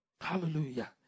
Hallelujah